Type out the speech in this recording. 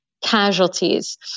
casualties